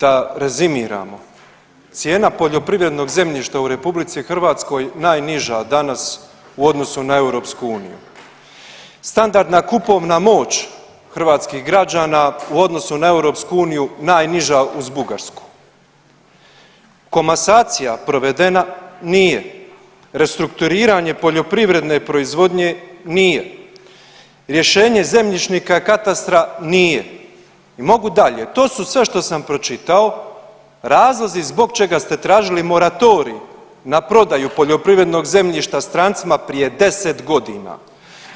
Da rezimiramo, cijena poljoprivrednog zemljišta u RH najniža danas u odnosu na EU, standardna kupovna moć hrvatskih građana u odnosu na EU najniža uz Bugarsku, komasacija provedena nije, restrukturiranje poljoprivredne proizvodnje nije, rješenje zemljišnika katastra nije i mogu dalje to su sve što sam pročitao razlozi zbog čega ste tražili moratorij na prodaju poljoprivrednog zemljišta strancima prije 10 godina